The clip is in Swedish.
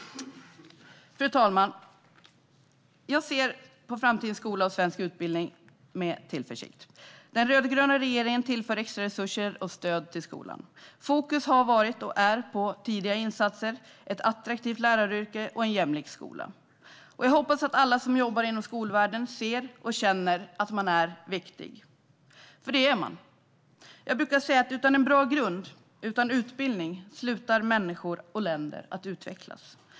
Fru talman! Jag ser med tillförsikt på framtidens skola och svensk utbildning. Den rödgröna regeringen tillför extra resurser och stöd till skolan. Fokus har varit och är på tidiga insatser, ett attraktivt läraryrke och en jämlik skola. Jag hoppas att alla som jobbar inom skolvärlden ser och känner att de är viktiga. Det är de nämligen. Jag brukar säga att utan en bra grund, utan utbildning, slutar människor och länder att utvecklas.